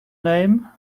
name